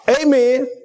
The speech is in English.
Amen